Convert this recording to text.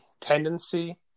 tendency